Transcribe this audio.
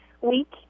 week